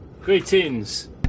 Greetings